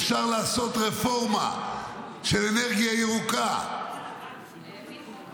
אפשר לעשות רפורמה של אנרגיה ירוקה שהיא